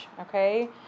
okay